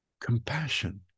compassion